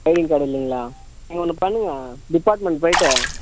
ID card இல்லைங்களா நீங்கள் ஒன்று பண்ணுங்க டிப்பார்ட்மண்ட் போய்விட்டு